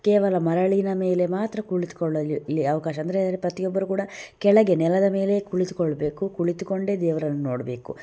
ಕೇವಲ ಮರಳಿನ ಮೇಲೆ ಮಾತ್ರ ಕುಳಿತುಕೊಳ್ಳಲು ಇಲ್ಲಿ ಅವಕಾಶ ಅಂದರೆ ಪ್ರತಿಯೊಬ್ಬರು ಕೂಡ ಕೆಳಗೆ ನೆಲದ ಮೇಲೆ ಕುಳಿತುಕೊಳ್ಬೇಕು ಕುಳಿತುಕೊಂಡೆ ದೇವರನ್ನು ನೋಡಬೇಕು